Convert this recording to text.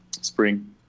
spring